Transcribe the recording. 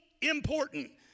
important